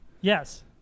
Yes